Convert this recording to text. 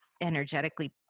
energetically